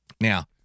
Now